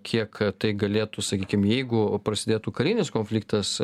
kiek tai galėtų sakykim jeigu prasidėtų karinis konfliktas